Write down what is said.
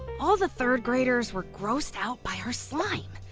all the third graders were grossed out by our slime.